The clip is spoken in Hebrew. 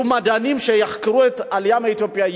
יהיו מדענים שיחקרו את העלייה מאתיופיה,